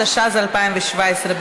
התשע"ז 2017,